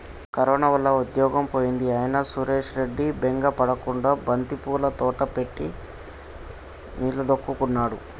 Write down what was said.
corona వల్ల ఉద్యోగం పోయింది అయినా సురేష్ రెడ్డి బెంగ పడకుండా బంతిపూల తోట పెట్టి నిలదొక్కుకున్నాడు